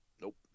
Nope